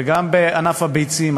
וגם את ענף הביצים,